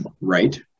right